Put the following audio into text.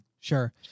Sure